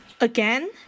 Again